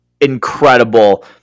incredible